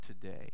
today